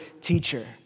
teacher